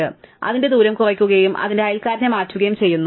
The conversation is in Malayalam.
ഞങ്ങൾ അതിന്റെ ദൂരം കുറയ്ക്കുകയും അതിന്റെ അയൽക്കാരനെ മാറ്റുകയും ചെയ്യുന്നു